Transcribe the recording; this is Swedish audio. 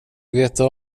veta